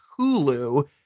Hulu